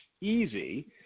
easy